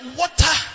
water